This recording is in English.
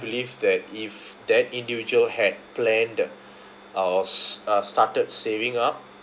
believe that if that individual had planned uh s~ uh started saving up